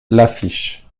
l’affiche